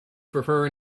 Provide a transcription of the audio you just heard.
prefer